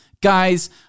Guys